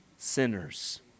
Sinners